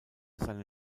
seine